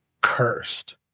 cursed